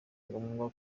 ngombwa